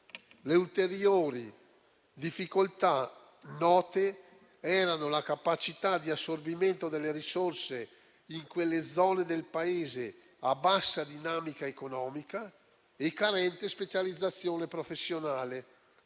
Le ulteriori difficoltà note erano la capacità di assorbimento delle risorse in quelle zone del Paese a bassa dinamica economica e carente specializzazione professionale,